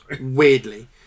Weirdly